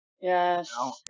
Yes